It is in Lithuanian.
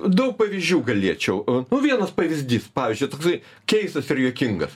daug pavyzdžių galėčiau nu vienas pavyzdys pavyzdžiui toksai keistas ir juokingas